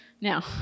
Now